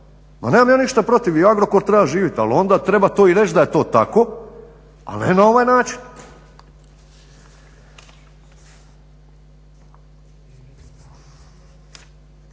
Pa nemam ja ništa protiv, i Agrokor treba živjeti ali onda treba to i reći da je to tako a ne na ovaj način.